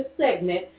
segment